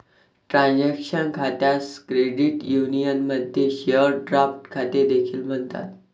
transaction खात्यास credit युनियनमध्ये share draft खाते देखील म्हणतात